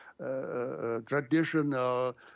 traditional